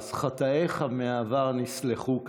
אז חטאיך מהעבר נסלחו,